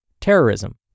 terrorism